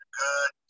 good